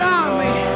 army